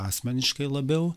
asmeniškai labiau